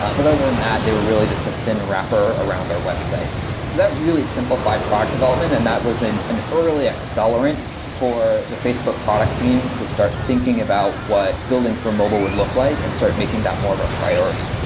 um but other than and that, they were really just a thin wrapper around our website. so that really simplify product development, and that was an an early accelerant for the facebook product team to start thinking about what building for mobile would look like and start making that more of a priority.